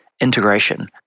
integration